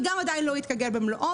וגם עדיין לא התגלגל במלואו.